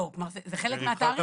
לא, כלומר, זה חלק מהתעריף.